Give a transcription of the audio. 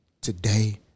today